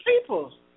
people